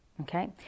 Okay